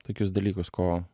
tokius dalykus ko